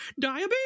diabetes